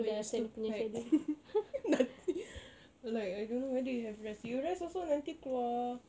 you're still packed nanti like I don't know whether you have rest you rest also nanti keluar